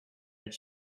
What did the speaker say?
that